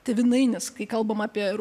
tėvynainis kai kalbam apie